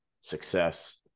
success